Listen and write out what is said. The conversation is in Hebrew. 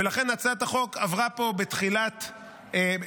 ולכן הצעת החוק עברה פה בתחילת הפגרה,